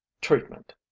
Treatment